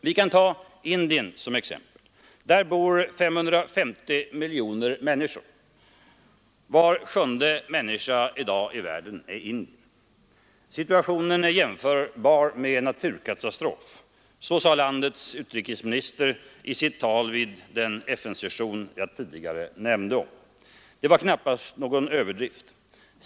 Vi kan ta Indien som exempel. Där bor 530 miljoner människor. Var sjunde människa i världen i dag är indier. Situationen är jämförbar med en naturkatastrof, sade landets utrikesminister i sitt tal vid den FN session jag tidigare nämnde. Det var knappast någon överdrift.